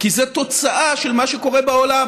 כי זה תוצאה של מה שקורה בעולם.